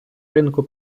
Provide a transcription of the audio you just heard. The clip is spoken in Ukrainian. ринку